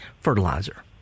fertilizer